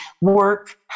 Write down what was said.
work